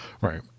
Right